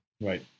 Right